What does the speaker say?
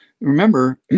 remember